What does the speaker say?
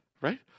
Right